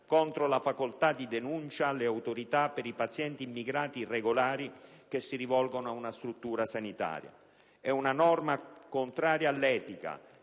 contro la facoltà di denuncia alle autorità per i pazienti immigrati irregolari che si rivolgono a una struttura sanitaria. È una norma contraria all'etica